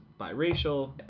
biracial